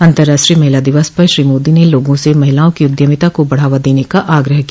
अंतर्राष्ट्रीय महिला दिवस पर श्री मोदी ने लोगों से महिलाओं की उद्यमिता को बढावा देने का आग्रह किया